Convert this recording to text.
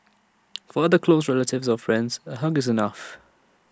for other close relatives or friends A hug is enough